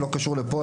לא קשור לפה,